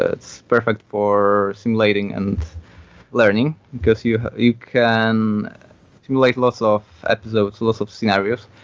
it's perfect for simulating and learning, because you you can simulate lots of episodes, lots of scenarios.